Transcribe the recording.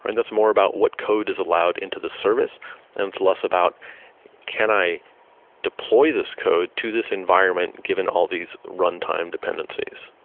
and that's more about what code is allowed into the service and it's less about can i deploy this code to this environment given all these runtime dependencies?